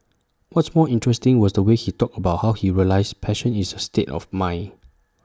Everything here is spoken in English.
what's more interesting was the way he talked about how he realised passion is A state of mind